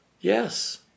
Yes